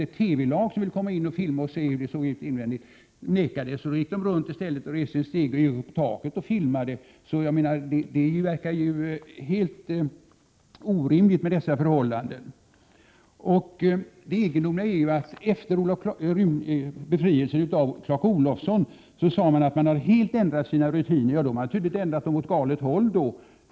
Ett TV-lag, som ville komma in och filma och se hur det såg ut invändigt, nekades tillträde. Då gick TV-laget runt hörnet, reste en stege till taket och filmade därifrån. Det är orimligt att tillåta sådana förhållanden. Efter befrielsen av Clark Olofsson sade man att man helt hade ändrat sina rutiner. Ja, de har tydligen ändrats åt galet håll.